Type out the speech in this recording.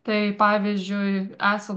tai pavyzdžiui esan